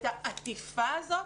את העטיפה הזאת,